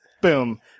Boom